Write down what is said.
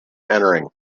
entering